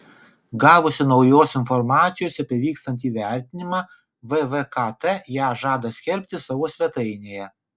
gavusi naujos informacijos apie vykstantį vertinimą vvkt ją žada skelbti savo svetainėje